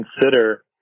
consider